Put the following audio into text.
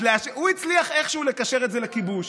אז הוא הצליח איכשהו לקשר את זה לכיבוש.